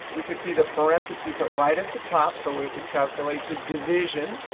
we could see that parentheses are right at the top. so it would calculate the division.